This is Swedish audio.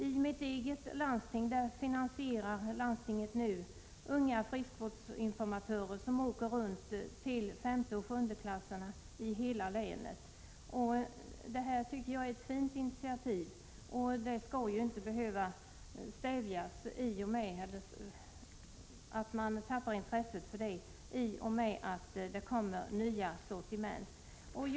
I mitt hemlän finansierar landstinget det arbete som bedrivs av unga friskvårdsinformatörer, vilka åker runt i hela länet och besöker elever i femte och sjunde klass. Jag tycker att det är ett fint initiativ. Det får inte bli så, att det här arbetet stävjas eller att man tappar intresset för dessa frågor i och med att tobakssortimentet utökas.